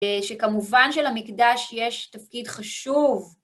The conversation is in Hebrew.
שכמובן שלמקדש יש תפקיד חשוב.